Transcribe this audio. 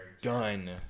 done